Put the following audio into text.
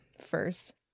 First